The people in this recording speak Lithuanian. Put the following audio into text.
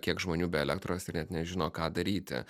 kiek žmonių be elektros ir net nežino ką daryti